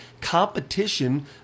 competition